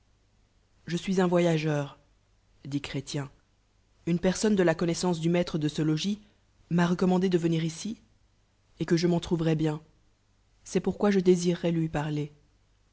je buis un voyagenr dit cllréticn une personne de la rnnnoieeance du maitm de ce lasis m'a recommandé de venir ici rt que je m'en trouverais bien est pourquoi je désireroil lui p